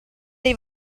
dei